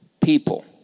people